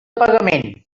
pagament